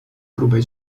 grube